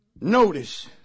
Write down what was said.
Notice